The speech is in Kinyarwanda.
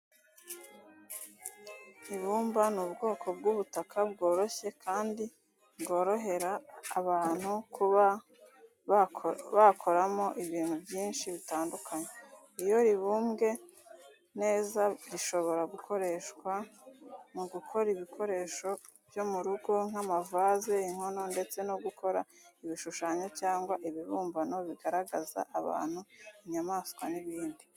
Ibumba ni ubwoko bw'ubutaka bworoshye kandi bworohera abantu kuba bakoramo ibintu byinshi bitandukanye. Iyo ribumbwe neza rishobora gukoreshwa mu gukora ibikoresho byo mu rugo nk'amavaze, inkono, ndetse no gukora ibishushanyo cyangwa ibibumbano bigaragaza abantu, inyamaswa n'ibindi.